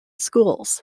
schools